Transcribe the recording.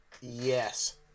Yes